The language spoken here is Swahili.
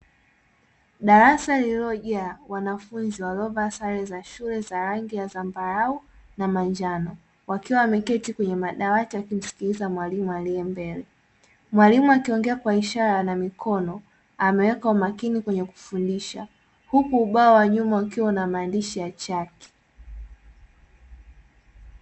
Darasa lililojaa wanafunzi waliovalia sare za shule za rangi ya zambarau na manjano, wakiwa wameketi kwenye madawati wakumsikiliza mwalimu aliye mbele. Mwalimu akiongea kwa ishara na mikono, ameweka umakini kwenye kufundisha. Huku ubao wa nyuma ukiwa na maandishi ya chaki.